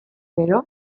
gero